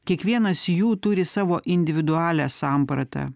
kiekvienas jų turi savo individualią sampratą